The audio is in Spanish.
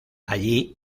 allí